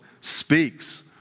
speaks